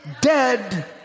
dead